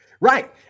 Right